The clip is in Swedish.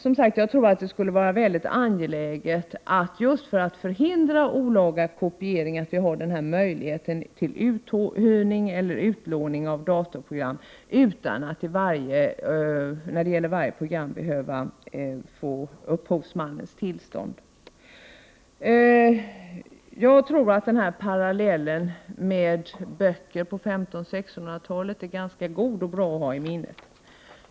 Jag tror att det skulle vara angeläget just för att förhindra olaga kopiering att denna möjlighet till uthyrning eller utlåning av 137 datorprogram finns utan att för varje program behöva få upphovsmannens tillstånd. Jag tror att parallellen med böcker på 1500 och 1600-talen är god och bra att ha i minnet.